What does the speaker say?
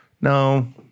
No